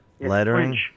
lettering